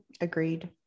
Agreed